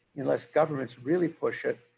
unless governments really push it.